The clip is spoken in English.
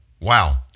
Wow